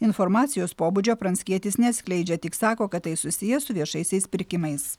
informacijos pobūdžio pranckietis neatskleidžia tik sako kad tai susiję su viešaisiais pirkimais